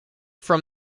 from